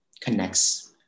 connects